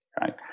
right